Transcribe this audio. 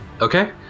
Okay